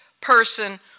person